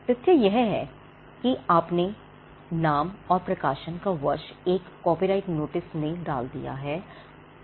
तथ्य यह है कि आपने नाम और प्रकाशन का वर्ष एक कॉपीराइट नोटिस में डाल दिया है